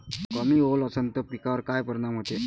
कमी ओल असनं त पिकावर काय परिनाम होते?